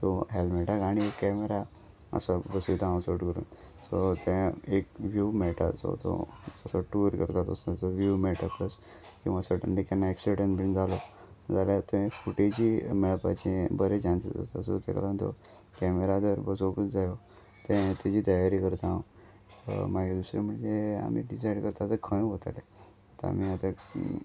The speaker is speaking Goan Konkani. सो हॅल्मेटाक आनी कॅमेरा असो बसयता हांव शूट करून सो ते एक व्हू मेळटा सो तो जसो टूर करता तसो तचो व्हू मेळटा प्लस किंवां सडनली केन्ना एक्सिडेंट बीन जालो जाल्यार थंय फुटेजी मेळपाचे बरें चान्सीस आसा सो तेका लागून तो कॅमेरा दर बसोकूच जायो ते तेजी तयारी करता हांव मागीर दुसरें म्हणजे आमी डिसायड करता ते खंय वताले आमी आतां